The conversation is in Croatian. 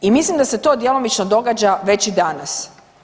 I mislim da se to djelomično događa već i danas.